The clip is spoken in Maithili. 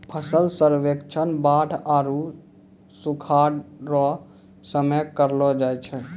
फसल सर्वेक्षण बाढ़ आरु सुखाढ़ रो समय करलो जाय छै